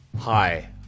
Hi